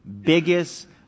biggest